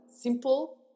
simple